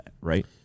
right